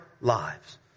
lives